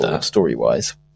story-wise